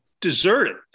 deserted